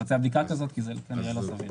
לבצע בדיקה כזאת כי זה כנראה לא סביר.